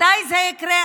מתי זה יקרה?